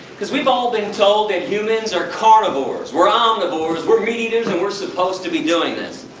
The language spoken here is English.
because we've all been told that humans are carnivores, we're omnivores, we're meat eaters and we're supposed to be doing this.